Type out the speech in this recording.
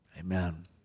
Amen